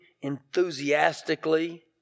Enthusiastically